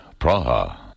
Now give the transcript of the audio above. Praha